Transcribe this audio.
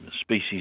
species